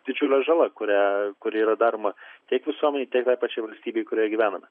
didžiulė žala kurią kuri yra daroma tiek visuomenei tiek tai pačiai valstybei kurioje gyvename